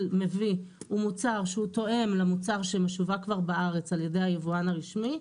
מביא הוא מוצר שתואם למוצר שמשווק כבר בארץ על ידי היבואן הרשמי,